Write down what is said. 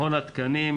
מכון התקנים,